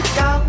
go